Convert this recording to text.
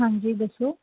ਹਾਂਜੀ ਦੱਸੋ